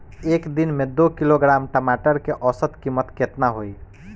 एक दिन में दो किलोग्राम टमाटर के औसत कीमत केतना होइ?